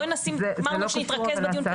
אמרנו שנתרכז בדיון,